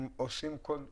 הם עושים כל מאמץ.